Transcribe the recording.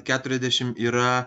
keturiasdešimt yra